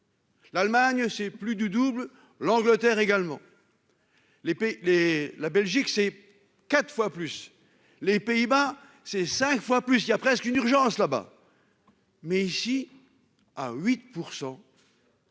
L'Allemagne c'est plus du double l'Angleterre également. Les pays les la Belgique c'est quatre fois plus. Les Pays-Bas, c'est 5 fois plus. Il y a presque une urgence là-bas. Mais ici à 8%.